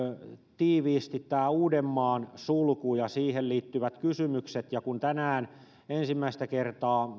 tiiviisti tämä uudenmaan sulku ja siihen liittyvät kysymykset kun tänään ensimmäistä kertaa